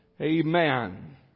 Amen